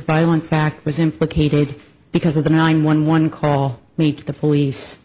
violence act was implicated because of the nine one one call me to the police